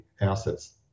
assets